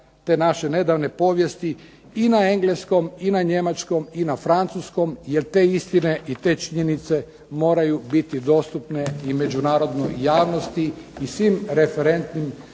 te naše nedavne povijesti i na engleskom, i na njemačkom, i na francuskom jer te istine i te činjenice moraju biti dostupne i međunarodnoj javnosti i svim referentnim